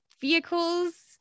vehicles